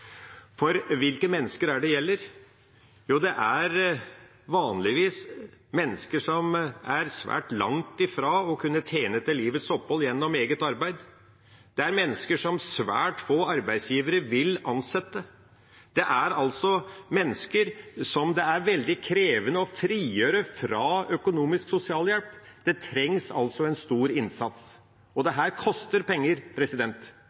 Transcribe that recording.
For hvilke mennesker er det det gjelder? Jo, det er vanligvis mennesker som er svært langt fra å kunne tjene til livets opphold gjennom eget arbeid. Det er mennesker som svært få arbeidsgivere vil ansette. Det er mennesker som det er veldig krevende å frigjøre fra økonomisk sosialhjelp. Det trengs altså en stor innsats, og dette koster penger. Derfor trengs det